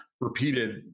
repeated